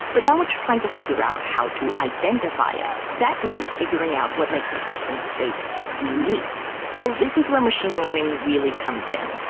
but now it's trying to figure out how to identify it. that means figuring out what makes a person's face unique. so this is where machine learning really comes in.